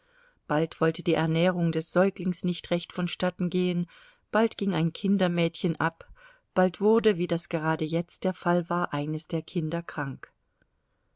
bald wollte die ernährung des säuglings nicht recht vonstatten gehen bald ging ein kindermädchen ab bald wurde wie das gerade jetzt der fall war eines der kinder krank